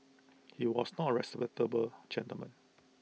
he was not A respectable gentleman